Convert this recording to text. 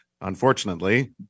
unfortunately